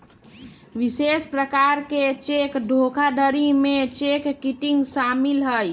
विशेष प्रकार के चेक धोखाधड़ी में चेक किटिंग शामिल हइ